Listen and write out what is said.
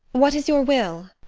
what is your will?